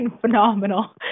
phenomenal